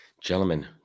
Gentlemen